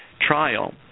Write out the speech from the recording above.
trial